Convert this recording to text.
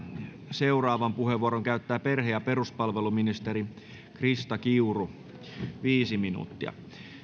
seuraavan puheenvuoron käyttää perhe ja peruspalveluministeri krista kiuru viisi minuuttia